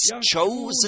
chosen